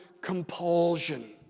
compulsion